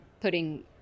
putting